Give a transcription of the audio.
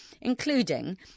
including